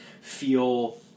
feel